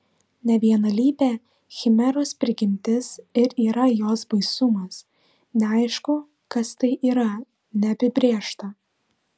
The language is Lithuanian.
nevienalypė chimeros prigimtis ir yra jos baisumas neaišku kas tai yra neapibrėžta